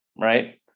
right